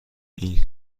این